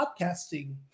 podcasting